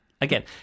Again